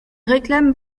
réclament